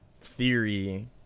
theory